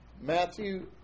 Matthew